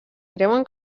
creuen